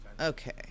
Okay